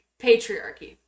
patriarchy